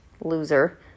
loser